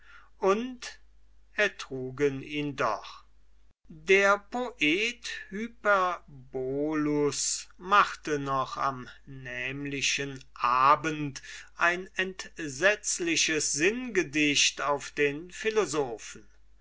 und ertrugen ihn doch der poet hyperbolus machte noch am nämlichen abend ein entsetzliches sinngedicht auf den philosophen